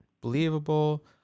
believable